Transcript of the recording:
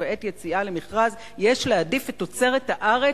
ובעת יציאה למכרז יש להעדיף את תוצרת הארץ.